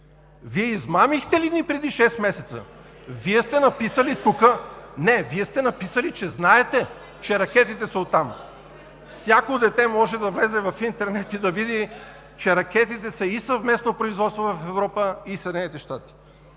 Вие измамихте ли ни преди шест месеца? (Реплики и възгласи: „Еее!“ от ГЕРБ.) Вие сте написали, че знаете, че ракетите са от там. Всяко дете може да влезе в интернет и да види, че ракетите са и съвместно производство в Европа, и на Съединените щати.